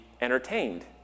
entertained